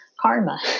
karma